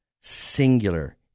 singular